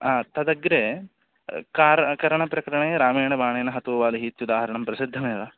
हा तदग्रे कार् करणप्रकरणे रामेण बाणेन हतो वालिः इत्युदाहरणं प्रसिद्धमेव